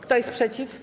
Kto jest przeciw?